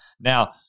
Now